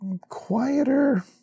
quieter